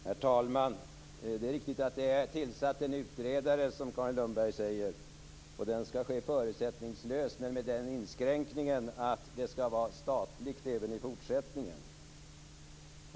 Herr talman! Det är riktigt att en utredare är tillsatt, som Carin Lundberg säger. Utredningen skall ske förutsättningslöst, men med den inskränkningen att det skall vara statligt även i fortsättningen.